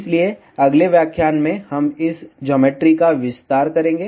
इसलिए अगले व्याख्यान में हम इस ज्योमेट्री का विस्तार करेंगे